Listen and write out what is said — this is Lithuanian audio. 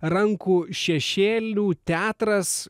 rankų šešėlių teatras